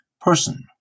person